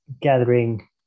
gathering